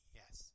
yes